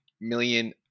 million